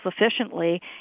efficiently